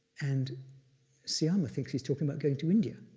and sayama thinks he's talking about going to india,